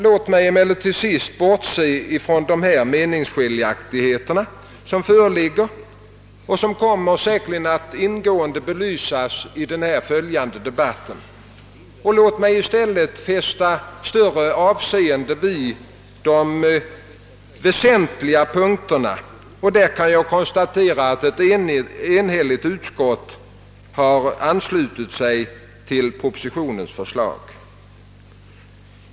Låt mig till sist bortse från de meningsskiljaktigheter som föreligger och som säkerligen kommer att ingående belysas i den följande debatten och i stället fästa större avseende vid de väsentliga punkterna. Jag kan då konstatera att ett enhälligt utskott tillstyrkt propositionens förslag.